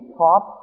top